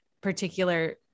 particular